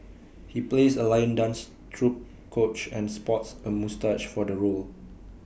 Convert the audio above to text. he plays A lion dance troupe coach and sports A moustache for the role